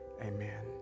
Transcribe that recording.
Amen